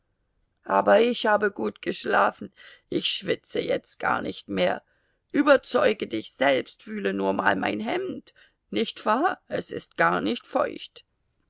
aber ich habe gut geschlafen ich schwitze jetzt gar nicht mehr überzeuge dich selbst fühle nur mal mein hemd nicht wahr es ist gar nicht feucht